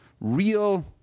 real